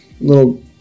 little